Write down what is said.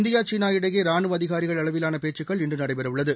India சீனா இடையே ரானுவ அதிகாரிகள் அளவிலான பேச்சுக்கள் இன்று நடைபெறவுள்ளது